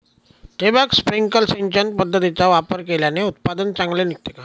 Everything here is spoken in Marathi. ठिबक, स्प्रिंकल सिंचन पद्धतीचा वापर केल्याने उत्पादन चांगले निघते का?